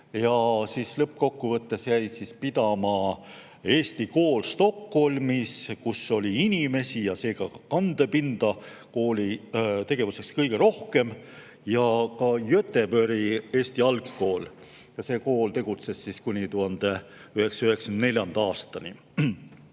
Lõppkokkuvõttes jäid pidama eesti kool Stockholmis, kus oli inimesi ja seega kandepinda kooli tegevuseks kõige rohkem, ja ka Göteborgi eesti algkool. See kool tegutses kuni 1994. aastani.